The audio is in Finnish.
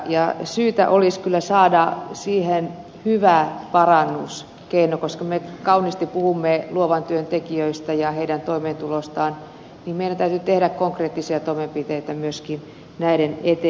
syytä olisi kyllä saada siihen hyvä parannuskeino koska me kauniisti puhumme luovan työn tekijöistä ja heidän toimeentulostaan ja meidän täytyy tehdä konkreettisia toimenpiteitä myöskin näiden eteen